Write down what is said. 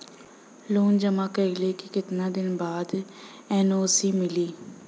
Loan जमा कइले के कितना दिन बाद एन.ओ.सी मिली?